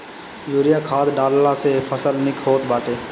urea खाद डालला से फसल निक होत बाटे